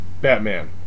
Batman